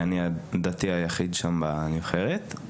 אני הדתי היחיד שם בנבחרת.